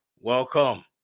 Welcome